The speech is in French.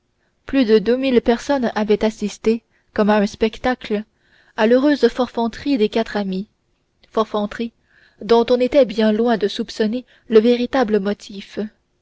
plus de deux mille personnes avaient assisté comme à un spectacle à l'heureuse forfanterie des quatre amis forfanterie dont on était bien loin de soupçonner le véritable motif